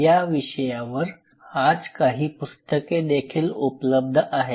या विषयावर आज काही पुस्तके देखील उपलब्ध आहेत